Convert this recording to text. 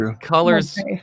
colors